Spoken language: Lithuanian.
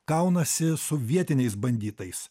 kaunasi su vietiniais banditais